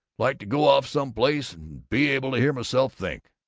like to go off some place and be able to hear myself think.